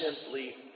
simply